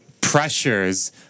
pressures